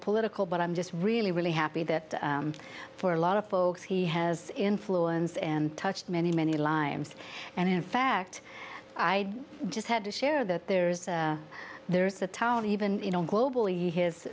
political but i'm just really really happy that for a lot of folks he has influence and touched many many limes and in fact i just had to share that there is there's the town of even globally his